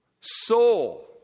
Soul